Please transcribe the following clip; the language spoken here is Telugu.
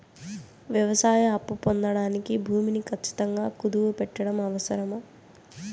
వ్యవసాయ అప్పు పొందడానికి భూమిని ఖచ్చితంగా కుదువు పెట్టడం అవసరమా?